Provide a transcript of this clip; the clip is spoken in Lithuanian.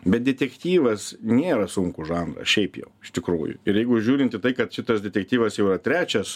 bet detektyvas nėra sunkus žanras šiaip jau iš tikrųjų ir jeigu žiūrint į tai kad šitas detektyvas jau yra trečias